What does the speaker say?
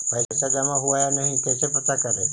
पैसा जमा हुआ या नही कैसे पता करे?